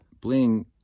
Bling